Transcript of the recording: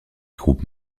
groupes